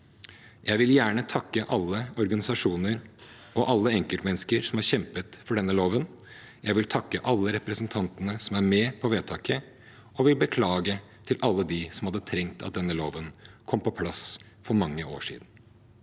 Jeg vil gjerne takke alle organisasjoner og alle enkeltmennesker som har kjempet for denne loven. Jeg vil takke alle representantene som er med på vedtaket, og jeg vil beklage til alle dem som hadde trengt at denne loven kom på plass for mange år siden.